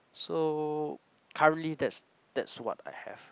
so currently that's that's what I have